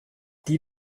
die